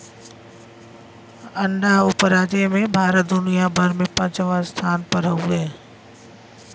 अंडा उपराजे में भारत दुनिया भर में पचवां स्थान पर हउवे